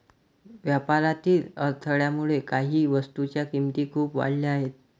व्यापारातील अडथळ्यामुळे काही वस्तूंच्या किमती खूप वाढल्या आहेत